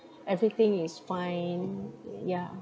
everything is fine yeah